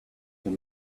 some